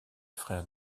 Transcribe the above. frère